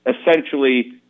essentially